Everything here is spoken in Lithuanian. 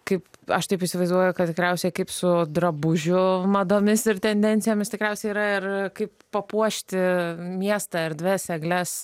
kaip aš taip įsivaizduoju kad tikriausiai kaip su drabužių madomis ir tendencijomis tikriausiai yra ir kaip papuošti miesto erdves egles